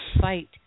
fight